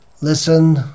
listen